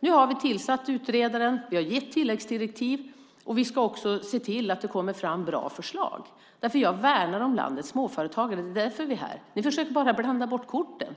Nu har vi tillsatt utredaren, vi har gett tilläggsdirektiv och vi ska se till att det kommer fram bra förslag. Jag värnar om landets småföretagare. Det är därför jag är här, men ni försöker bara blanda bort korten.